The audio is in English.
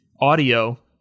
audio